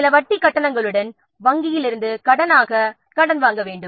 சில வட்டி கட்டணங்களுடன் வங்கியில் இருந்து கடனாக பணம் வாங்க வேண்டும்